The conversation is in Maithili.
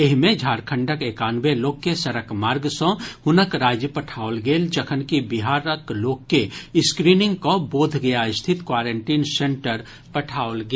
एहि मे झारखंडक एकानवे लोक के सड़क मार्ग सँ हुनक राज्य पठाओल गेल जखनकि बिहारक लोक के स्क्रीनिंग कऽ बोधगया स्थित क्वारेंटीन सेंटर पठाओल गेल